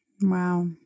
Wow